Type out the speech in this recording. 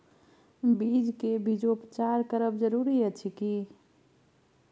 बीज के बीजोपचार करब जरूरी अछि की?